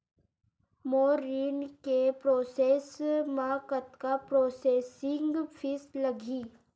मोर ऋण के प्रोसेस म कतका प्रोसेसिंग फीस लगही?